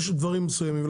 יש דברים מסוימים.